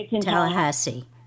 tallahassee